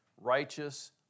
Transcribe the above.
righteous